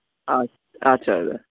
আ আচ্ছা দাদা